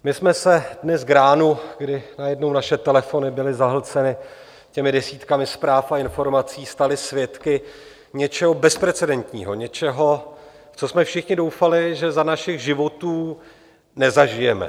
My jsme se dnes k ránu, kdy najednou naše telefony byly zahlceny desítkami zpráv a informaci, stali svědky něčeho bezprecedentního, něčeho, v co jsme všichni doufali, že za našich životů nezažijeme.